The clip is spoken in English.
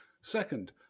Second